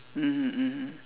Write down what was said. mmhmm mmhmm